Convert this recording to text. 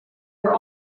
were